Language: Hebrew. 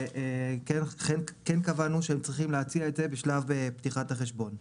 כן קבענו שהם צריכים להציע את זה בשלב פתיחת החשבון.